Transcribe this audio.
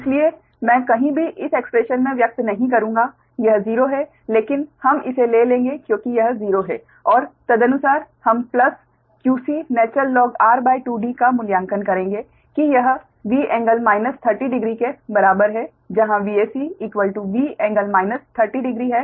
इसलिए मैं कहीं भी इस एक्स्प्रेशन में व्यक्त नहीं करूंगा यह 0 है लेकिन हम इसे ले लेंगे क्योंकि यह 0 है और तदनुसार हम प्लस qc Inr2D का मूल्यांकन करेंगे कि यह V∟ 300 डिग्री के बराबर है जहां VacV ∟ 300 डिग्री है